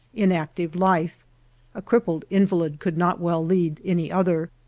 inactive life a crippled invalid could not well lead any other.